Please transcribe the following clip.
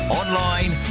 online